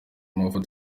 mafoto